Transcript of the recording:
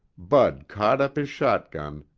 bud caught up his shotgun,